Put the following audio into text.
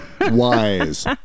wise